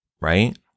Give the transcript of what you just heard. right